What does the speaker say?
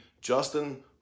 Justin